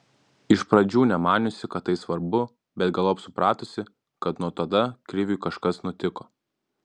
iš pradžių nemaniusi kad tai svarbu bet galop supratusi kad nuo tada kriviui kažkas nutiko